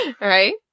Right